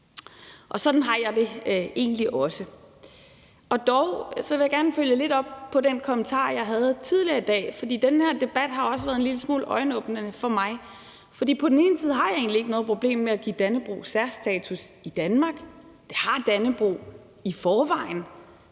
Sådan har jeg det egentlig også. Dog vil jeg gerne følge lidt op på den kommentar, jeg havde tidligere i dag, for den her debat har også været en lille smule af en øjenåbner for mig. Jeg har egentlig ikke noget problem med at give Dannebrog særstatus i Danmark, for det har Dannebrog i forvejen.